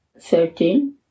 Thirteen